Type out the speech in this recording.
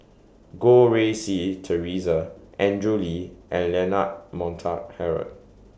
Goh Rui Si Theresa Andrew Lee and Leonard Montague Harrod